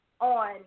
on